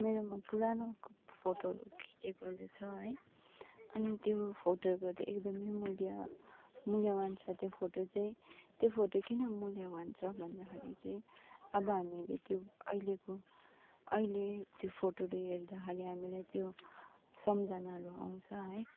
मेरोमा पुरानो फोटोहरू खिचेकोहरू छ है अनि त्यो फोटोहरको चाहिँ एकदमै मूल्य मूल्यवान छ त्यो फोटो चाहिँ त्यो फोटो किन मूल्यवान छ भन्दाखेरि चाहिँ अब हामीले त्यो अहिलेको अहिले त्यो फोटोहरू हेर्दाखेरि हामीलाई त्यो सम्झानाहरू आउँछ है